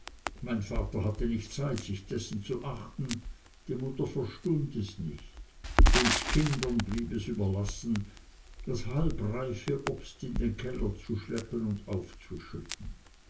mein vater hatte nicht zeit sich dessen zu achten die mutter verstund es nicht uns kindern blieb es überlassen das halbreife obst in den keller zu schleppen und aufzuschütten